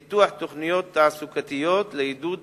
פיתוח תוכניות תעסוקתיות לעידוד